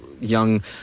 young